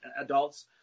adults